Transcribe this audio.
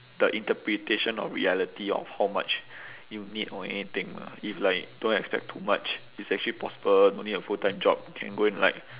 the interpretation of reality of how much you need or anything lah if like don't expect too much it's actually possible no need a full time job can go and like